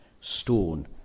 stone